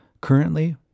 Currently